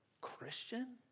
Christian